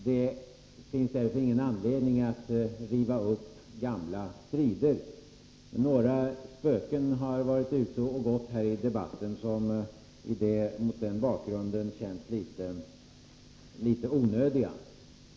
Det finns därför ingen anledning att riva upp gamla strider, men några spöken har varit ute och gått här i debatten, vilket mot denna bakgrund känns lite onödigt.